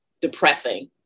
depressing